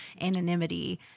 anonymity